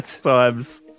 Times